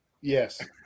Yes